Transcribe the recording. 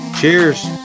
Cheers